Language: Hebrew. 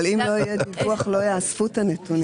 אבל אם לא יהיה דיווח, לא יאספו את הנתונים.